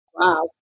Wow